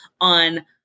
on